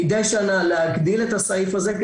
מידי שנה להגדיל את הסעיף הזה,